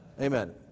Amen